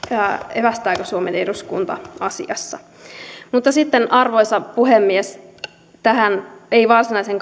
evästääkö suomen eduskunta asiassa arvoisa puhemies en puutu varsinaisen